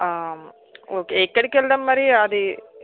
ఆ ఓకే ఎక్కడికి వెళ్దాం మరి అది